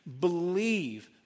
Believe